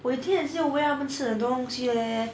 我以前也是有喂它们吃很多东西 leh